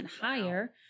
higher